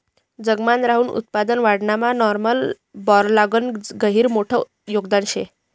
जगमान गहूनं उत्पादन वाढावामा नॉर्मन बोरलॉगनं गहिरं मोठं योगदान शे